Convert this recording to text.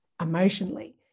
emotionally